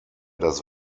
das